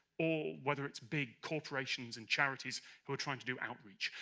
or whether it's big corporations and charities who are trying to do outreach.